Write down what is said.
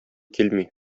килми